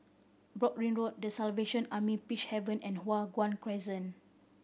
Broadrick Road The Salvation Army Peacehaven and Hua Guan Crescent